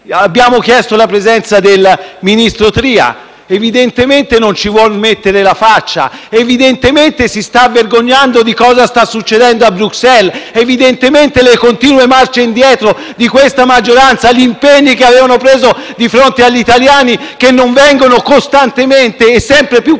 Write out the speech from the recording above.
abbiamo chiesto la presenza del ministro Tria: evidentemente non ci vuole mettere la faccia; con tutta evidenza si sta vergognando di cosa sta succedendo a Bruxelles. Evidentemente le continue marce indietro di questa maggioranza sugli impegni che avevano preso di fronte agli italiani, che non vengono costantemente e sempre più pesantemente